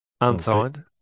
unsigned